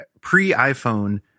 pre-iPhone